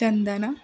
ಚಂದನ